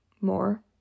more